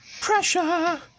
Pressure